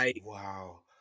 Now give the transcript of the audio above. Wow